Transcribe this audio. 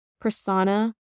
persona